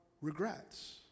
regrets